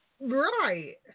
right